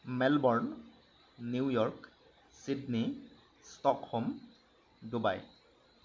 Melbourne New York Sydney stockholm Dubai